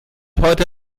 heute